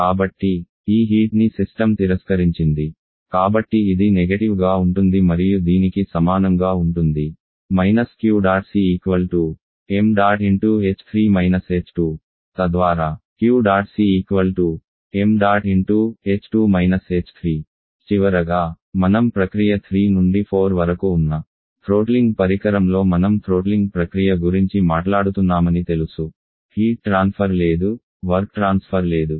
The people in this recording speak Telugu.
కాబట్టి ఈ హీట్ ని సిస్టమ్ తిరస్కరించింది కాబట్టి ఇది నెగెటివ్ గా ఉంటుంది మరియు దీనికి సమానంగా ఉంటుంది Q̇̇C ṁ తద్వారా Q̇̇C ṁ చివరగా మనం ప్రక్రియ 3 నుండి 4 వరకు ఉన్న థ్రోట్లింగ్ పరికరంలో మనం థ్రోట్లింగ్ ప్రక్రియ గురించి మాట్లాడుతున్నామని తెలుసు హీట్ ట్రాన్ఫర్ లేదు వర్క్ ట్రాన్స్ఫర్ లేదు